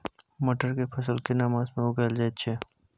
मटर के फसल केना मास में उगायल जायत छै?